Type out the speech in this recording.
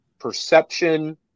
perception